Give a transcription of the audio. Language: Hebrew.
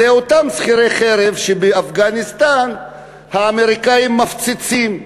זה אותם שכירי חרב שבאפגניסטן האמריקנים מפציצים והורגים,